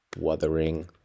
Wuthering